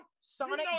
Sonic